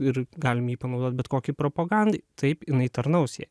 ir galim jį panaudot bet kokiai propagandai taip jinai tarnaus jai